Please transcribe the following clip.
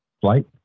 Flight